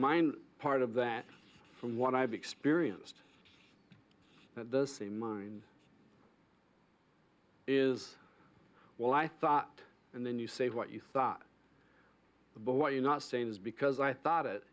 mind part of that from what i've experienced at the same mind is well i thought and then you say what you thought boy you're not saying this because i thought it